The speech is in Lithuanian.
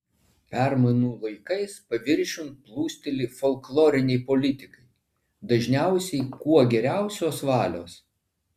permainų laikais paviršiun plūsteli folkloriniai politikai dažniausiai kuo geriausios valios